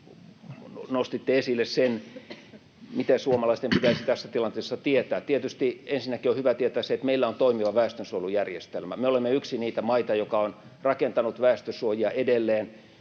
Nostitte esille, mitä suomalaisten pitäisi tässä tilanteessa tietää. Tietysti ensinnäkin on hyvä tietää, että meillä on toimiva väestönsuojelujärjestelmä, me olemme yksi niitä maita, jotka ovat rakentaneet väestönsuojia edelleen,